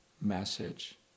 message